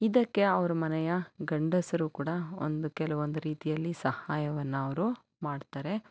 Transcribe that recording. ಇದಕ್ಕೆ ಅವ್ರ ಮನೆಯ ಗಂಡಸರು ಕೂಡ ಒಂದು ಕೆಲವೊಂದು ರೀತಿಯಲ್ಲಿ ಸಹಾಯವನ್ನು ಅವರು ಮಾಡ್ತಾರೆ